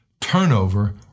turnover